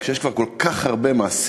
כשיש כבר כל כך הרבה מאסרים